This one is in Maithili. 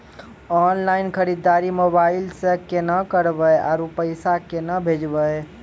ऑनलाइन खरीददारी मोबाइल से केना करबै, आरु पैसा केना भेजबै?